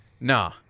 Nah